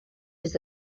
his